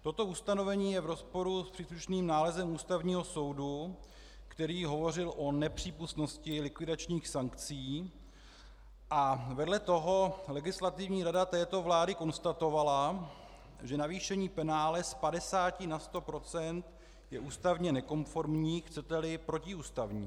Toto ustanovení je v rozporu s příslušným nálezem Ústavního soudu, který hovořil o nepřípustnosti likvidačních sankcí, a vedle toho Legislativní rada této vlády konstatovala, že navýšení penále z 50 na 100 % je ústavně nekonformní, chceteli protiústavní.